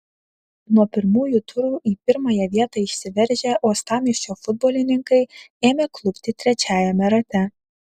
nuo pirmųjų turų į pirmąją vietą išsiveržę uostamiesčio futbolininkai ėmė klupti trečiajame rate